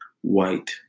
white